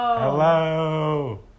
Hello